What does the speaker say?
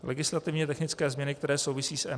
Legislativně technické změny, které souvisí s M7.